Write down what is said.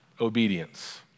obedience